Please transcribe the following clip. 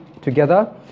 together